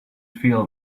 feel